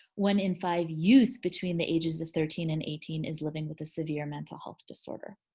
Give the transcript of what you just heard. one in five youth between the ages of thirteen and eighteen is living with a severe mental health disorder.